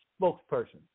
spokesperson